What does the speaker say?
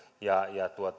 ja